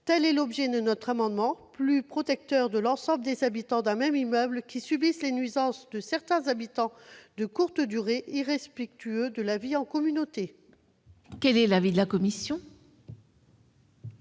Tel est l'objet de cet amendement, qui vise à protéger l'ensemble des habitants d'un même immeuble subissant les nuisances de certains occupants de courte durée, irrespectueux de la vie en communauté. Quel est l'avis de la commission ?